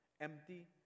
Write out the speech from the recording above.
Empty